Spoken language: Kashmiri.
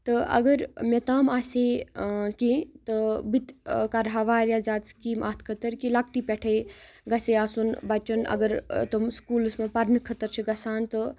تہٕ اگر مےٚ تام آسہِ ہے کیٚنٛہہ تہٕ بہٕ تہِ کَرٕہا واریاہ زیادٕ سِکیٖم اَتھ خٲطٕر کہِ لۅکٹہِ پٮ۪ٹھٕے گَژھِ ہے آسُن بَچَن اگر تِم سکوٗلَس منٛز پَرنہٕ خٲطرٕ چھِ گژھان تہٕ